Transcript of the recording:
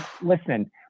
listen